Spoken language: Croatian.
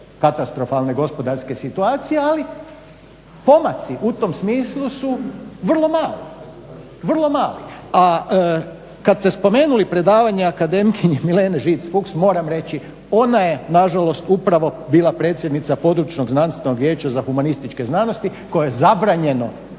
katastrofalne gospodarske situacije ali pomaci u tom smislu su vrlo mali, vrlo mali. A kad ste spomenuli predavanja akademkinje Milene Žic Fuchs moram reći, ona je nažalost upravo bila predsjednica područnog znanstvenog vijeća za humanističke znanosti koje je zabranjeno